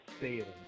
sales